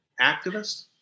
activist